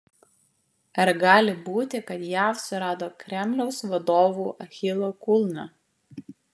ar gali būti kad jav surado kremliaus vadovų achilo kulną